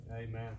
Amen